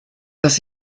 dass